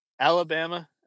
Alabama